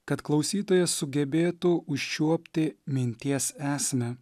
kad klausytojas sugebėtų užčiuopti minties esmę